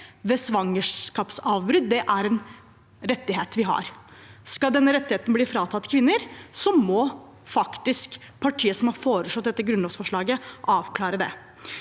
ved svangerskapsavbrudd er en rettighet vi har. Skal den rettigheten fratas kvinner, må partiet som har fremmet dette grunnlovsforslaget, faktisk avklare det.